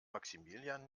maximilian